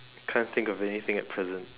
can't think of anything at present